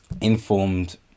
informed